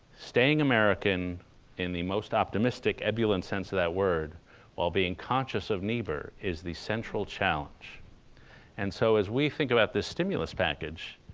staying american in the most optimistic, ebullient sense of that word while being conscious of niebuhr is the central challenge and so as we think about this stimulus package,